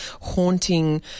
haunting